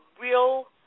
real